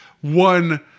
one